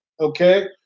Okay